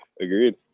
agreed